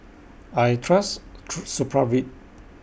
I Trust Supravit